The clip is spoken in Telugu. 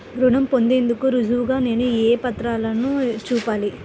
రుణం పొందేందుకు రుజువుగా నేను ఏ పత్రాలను చూపాలి?